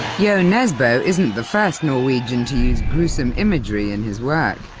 yeah nesbo isn't the first norwegian to use gruesome imagery in his work.